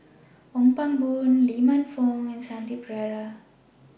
Ong Pang Boon Lee Man Fong and Shanti Pereira